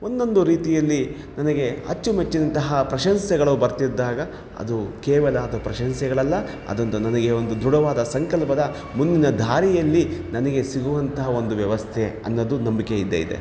ಒಂದೊಂದು ರೀತಿಯಲ್ಲಿ ನನಗೆ ಅಚ್ಚುಮೆಚ್ಚಿನಂತಹ ಪ್ರಶಂಸೆಗಳು ಬರ್ತಿದ್ದಾಗ ಅದು ಕೇವಲ ಅದು ಪ್ರಶಂಸೆಗಳಲ್ಲ ಅದೊಂದು ನನಗೆ ಒಂದು ದೃಢವಾದ ಸಂಕಲ್ಪದ ಮುಂದಿನ ದಾರಿಯಲ್ಲಿ ನನಗೆ ಸಿಗುವಂತಹ ಒಂದು ವ್ಯವಸ್ಥೆ ಅನ್ನೋದು ನಂಬಿಕೆ ಇದ್ದೇ ಇದೆ